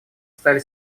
стали